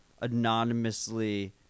anonymously